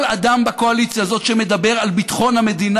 כל אדם בקואליציה הזאת שמדבר על ביטחון המדינה